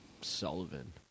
Sullivan